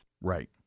Right